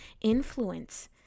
influence